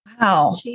Wow